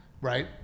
Right